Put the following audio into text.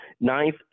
ninth